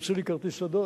מוציא לי כרטיס צהוב.